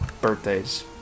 birthdays